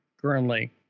currently—